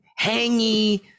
hangy